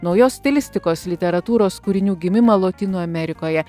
naujos stilistikos literatūros kūrinių gimimą lotynų amerikoje